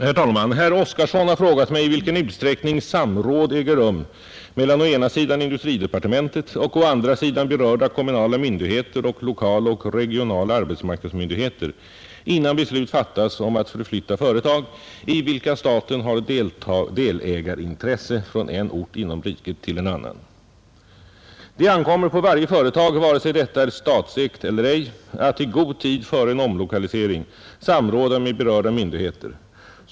Herr talman! Herr Oskarson har frågat mig i vilken utsträckning samråd äger rum mellan å ena sidan industridepartementet och å andra sidan berörda kommunala myndigheter och lokala och regionala arbetsmarknadsmyndigheter innan beslut fattas om att förflytta företag i vilka staten har delägarintresse från en ort inom riket till en annan. Det ankommer på varje företag, vare sig detta är statsägt eller ej, att i god tid före en omlokalisering samråda med berörda myndigheter.